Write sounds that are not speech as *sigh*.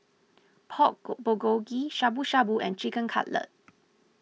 Pork *noise* Bulgogi Shabu Shabu and Chicken Cutlet